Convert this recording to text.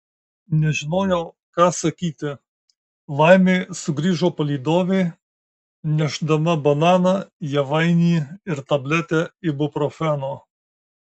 nežinojau ką sakyti laimė sugrįžo palydovė nešdama bananą javainį ir tabletę ibuprofeno